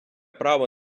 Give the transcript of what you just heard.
право